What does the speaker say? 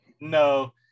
No